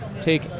take